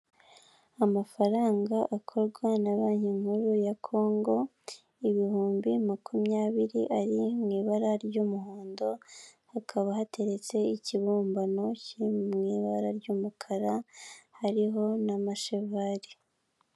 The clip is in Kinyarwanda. Amafaranga akorwa na banki nkuru ya Kongo, ibihumbi makumyabiri ari mu ibara ry'umuhondo, hakaba hateretse ikibumbano kiri mu ibara ry'umukara, hariho n'amashavari.